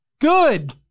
Good